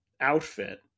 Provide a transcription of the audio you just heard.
outfit